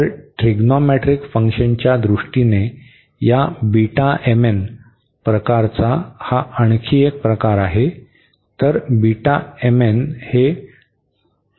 तर ट्रिग्नोमेट्रिक फंक्शनच्या दृष्टीने या प्रकारचा हा आणखी एक प्रकार आहे